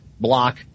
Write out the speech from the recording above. block